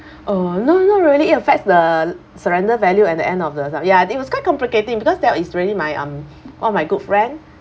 oh no not really affects the l~ surrender value at the end of the s~ ya it was quite complicating because that is really my um all my good friend